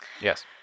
Yes